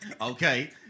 okay